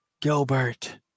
Gilbert